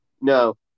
No